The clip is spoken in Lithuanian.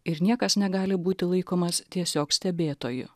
ir niekas negali būti laikomas tiesiog stebėtoju